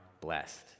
blessed